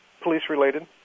police-related